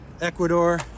Ecuador